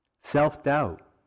Self-doubt